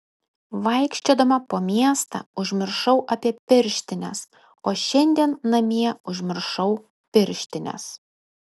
vaikščiodama po miestą užmiršau apie pirštines o šiandien namie užmiršau pirštines